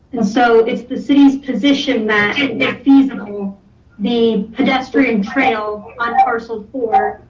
and so it's the city's position that and that feasible the pedestrian trail on parcel four